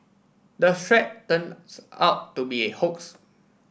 the threat turns out to be a hoax